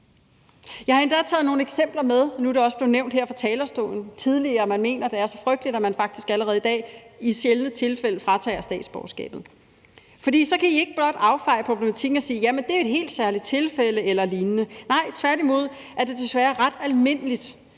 Jeg har endda taget nogle eksempler med – nu er det blevet nævnt tidligere her på talerstolen, at man mener, det er så frygteligt, at man faktisk allerede i dag i sjældne tilfælde fratager statsborgerskabet – for så kan I ikke blot affeje problematikken med at sige, at det er et helt særligt tilfælde eller lignende. Nej, tværtimod er det desværre ret almindeligt,